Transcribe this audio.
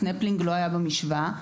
סנפלינג לא היה במשוואה.